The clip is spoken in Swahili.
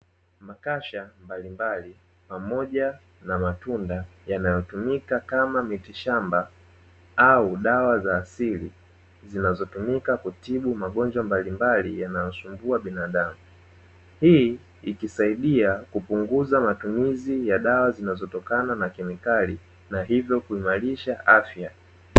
Makasha mbalimbali pamoja na matunda yanayotumika kama mitishamba au dawa za asili, zinazotumika kutibu magonjwa mbalimbali yanayosumbua binadamu. Hii ikisaidia kupunguza matumizi ya dawa zinazotokana na kemikali na hivyo kuimarisha afya.